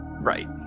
Right